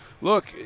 look